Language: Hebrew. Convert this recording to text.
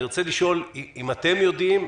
אני רוצה לשאול אם אתם יודעים,